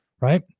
Right